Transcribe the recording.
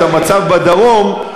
את המצב בדרום,